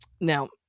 now